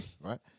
Right